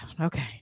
Okay